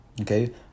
Okay